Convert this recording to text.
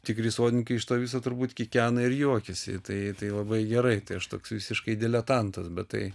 tikri sodininkai iš to viso turbūt kikena ir juokiasi tai tai labai gerai tai aš toks visiškai diletantas bet tai